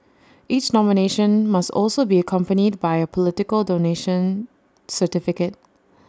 each nomination must also be accompanied by A political donation certificate